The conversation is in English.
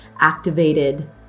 activated